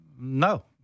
No